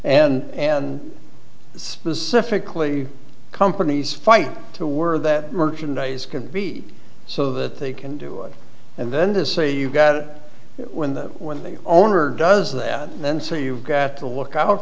and specifically companies fight to word that merchandise can be so that they can do it and then to say you got it when when the owner does that then so you've got to look out